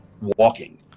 walking